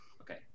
Okay